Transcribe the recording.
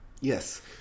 Yes